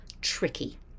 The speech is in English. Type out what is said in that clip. tricky